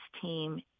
team